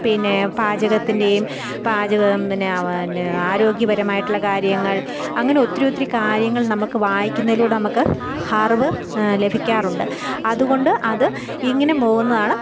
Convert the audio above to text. പിന്നേ പാചകത്തിൻ്റെയും പാചക പിന്നേ എന്നെ ആരോഗ്യപരമായിട്ടുള്ള കാര്യങ്ങള് അങ്ങനെ ഒത്തിരിയൊത്തിരി കാര്യങ്ങള് നമുക്ക് വായിക്കുന്നതിലൂടെ നമുക്ക് അറിവ് ലഭിക്കാറുണ്ട് അതു കൊണ്ട് അത് ഇങ്ങനെ പോകുന്നതാണ്